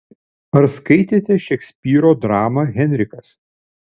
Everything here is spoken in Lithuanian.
ar skaitėte šekspyro dramą henrikas